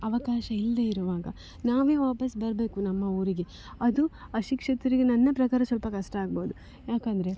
ಅವಕಾಶ ಇಲ್ಲದೇ ಇರುವಾಗ ನಾವೇ ವಾಪಾಸ್ಸು ಬರಬೇಕು ನಮ್ಮ ಊರಿಗೆ ಅದು ಅಶಿಕ್ಷಿತರಿಗೆ ನನ್ನ ಪ್ರಕಾರ ಸ್ವಲ್ಪ ಕಷ್ಟ ಆಗ್ಬೋದು ಯಾಕೆಂದ್ರೆ